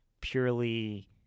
purely